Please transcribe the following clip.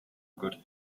good